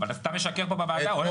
אבל אתה סתם משקר פה בוועדה רונן,